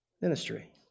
ministry